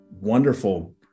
wonderful